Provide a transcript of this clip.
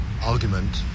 argument